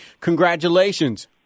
Congratulations